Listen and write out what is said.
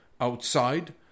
outside